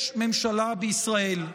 יש ממשלה בישראל.